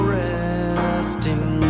resting